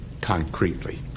concretely